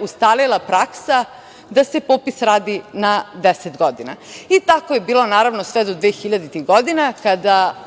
ustalila praksa da se popis radi na 10 godina. Tako je bilo naravno sve do 2000. godina kada